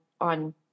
on